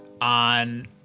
on